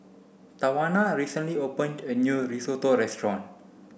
Tawana recently opened a new Risotto restaurant